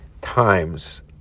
times